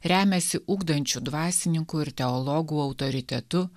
remiasi ugdančių dvasininkų ir teologų autoritetu